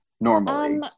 normally